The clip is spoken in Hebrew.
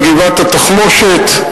בגבעת-התחמושת,